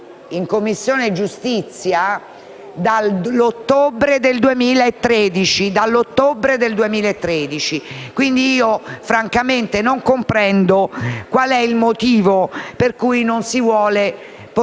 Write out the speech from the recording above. in Commissione giustizia dall'ottobre del 2013. Francamente, non comprendo il motivo per cui non si vuole portare